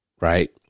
Right